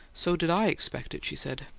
so did i expect it, she said.